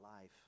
life